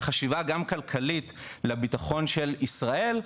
חשיבה גם כלכלית לביטחון של ישראל,